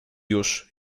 już